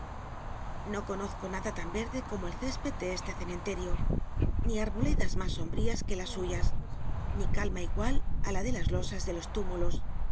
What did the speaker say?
no conozco nada tan i'c j io ni uboledas mas sombrías q e este cementej las suyas ni calma igual ú la de las losas de los túmulos